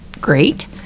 great